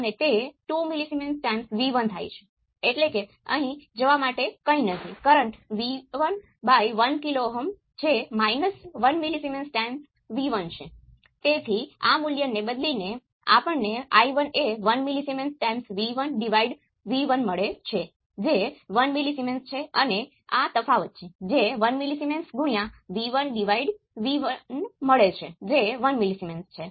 અને હું આ I2 V2 GL ને બીજા ઇક્વેશન માં બદલીશ જે મને V2 GL એ y21 V1 y22 આપે છે V2 અને આ તમને V1 GL y22 divide by y21 × V2 આપે છે